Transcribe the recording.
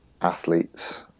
athletes